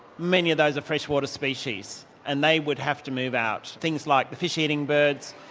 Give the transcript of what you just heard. many of those are fresh water species and they would have to move out. things like the fish eating birds,